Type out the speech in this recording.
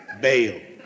Bail